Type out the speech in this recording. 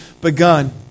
begun